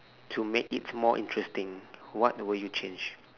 to make it more interesting what would you change